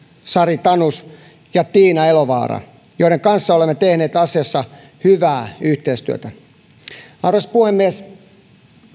sari tanus ja tiina elovaara joiden kanssa olemme tehneet asiassa hyvää yhteistyötä arvoisa puhemies